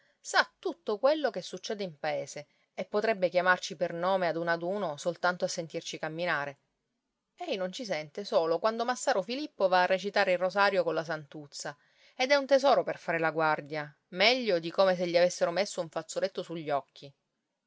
sa tutto quello che succede in paese e potrebbe chiamarci per nome ad uno ad uno soltanto a sentirci camminare ei non ci sente solo quando massaro filippo va a recitare il rosario colla santuzza ed è un tesoro per fare la guardia meglio di come se gli avessero messo un fazzoletto sugli occhi